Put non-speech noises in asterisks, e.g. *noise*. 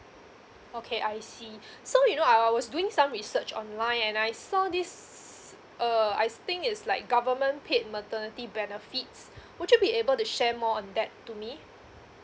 okay I see *breath* so you know I was doing some research online and I saw this uh I think it's like government paid maternity benefits would you be able to share more on that to me